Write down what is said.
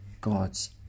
God's